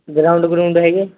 ground ground ਹੈਗੇ